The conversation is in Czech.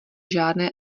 žádné